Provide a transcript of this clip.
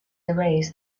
erase